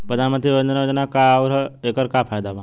प्रधानमंत्री वय वन्दना योजना का ह आउर एकर का फायदा बा?